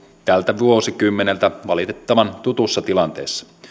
tältä vuosikymmeneltä valitettavan tutussa tilanteessa